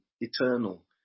eternal